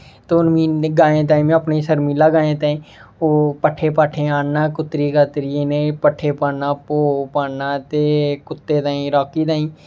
ते हून में गाईं ताहीं में अपनी शर्मिला गाईं ताहीं ओह् पट्ठे पाट्ठे आनना कुतरी कातरिये इ'नें ई पट्ठे पाना भोह् पाना ते कुत्ते ताहीं राॅकी ताहीं